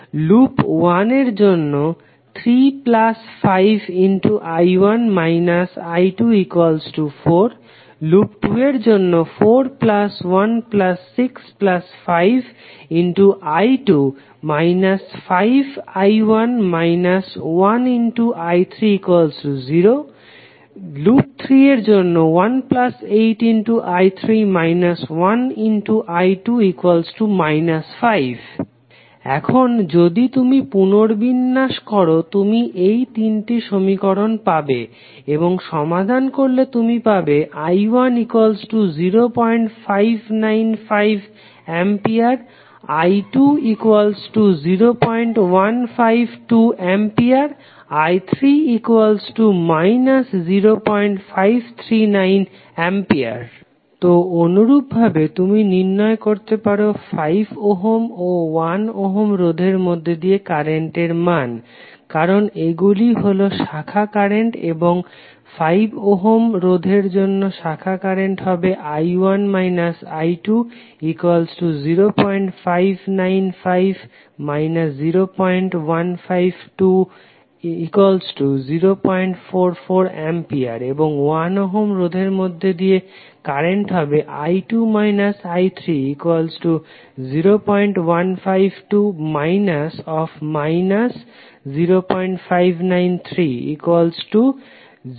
loop 1 এর জন্য 3 5I1 − I2 4 loop 2 এর জন্য 4 1 6 5I2 − I1 − I3 0 লুপ 3 এর জন্য 1 8I3 − I2 −5 এখন যদি তুমি পুনর্বিন্যাস করো তুমি এই তিনটি সমীকরণ পাবে এবং সমাধান করলে তুমি পাবে I1 0595 A I2 0152 A এবং I3 −0539 A তো অনুরূপভাবে তুমি নির্ণয় করতে পারো 5 ওহম ও 1 ওহম রোধের মধ্যে দিয়ে কারেন্টের মান কারণ এইগুলি হলো শাখা কারেন্ট এবং 5 ওহম রোধের জন্য শাখা কারেন্ট হবে I1 − I2 0595 − 0152 044A এবং 1 ওহম রোধের মধ্যে দিয়ে কারেন্ট হবে I2 − I3 0152 − −0539 069A